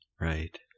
Right